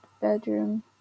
bedroom